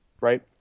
right